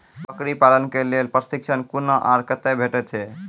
बकरी पालन के लेल प्रशिक्षण कूना आर कते भेटैत छै?